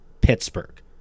Pittsburgh